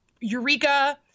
Eureka